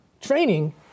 training